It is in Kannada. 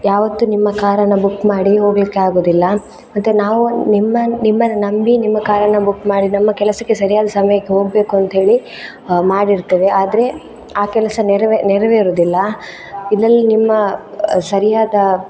ಯಾವತ್ತೂ ನಿಮ್ಮ ಕಾರನ್ನು ಬುಕ್ ಮಾಡಿ ಹೋಗಲಿಕ್ಕೆ ಆಗುವುದಿಲ್ಲ ಮತ್ತು ನಾವು ನಿಮ್ಮ ನಿಮ್ಮನ್ನು ನಂಬಿ ನಿಮ್ಮ ಕಾರನ್ನು ಬುಕ್ ಮಾಡಿ ನಮ್ಮ ಕೆಲಸಕ್ಕೆ ಸರಿಯಾದ ಸಮಯಕ್ಕೆ ಹೋಗಬೇಕು ಅಂತ್ಹೇಳಿ ಮಾಡಿರ್ತೇವೆ ಆದರೆ ಆ ಕೆಲಸ ನೆರವೇ ನೆರವೇರುವುದಿಲ್ಲ ಇದರಲ್ಲಿ ನಿಮ್ಮ ಸರಿಯಾದ